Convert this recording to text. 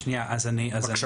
רגע, שנייה אני אסביר.